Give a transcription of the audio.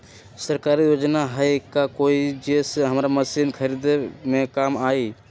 सरकारी योजना हई का कोइ जे से हमरा मशीन खरीदे में काम आई?